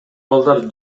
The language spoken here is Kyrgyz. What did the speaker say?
балдар